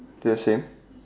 the same